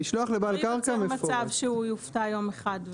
המשלוח לבעל קרקע מפורט שלא ייווצר מצב שהוא יופתע יום אחד,